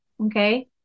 okay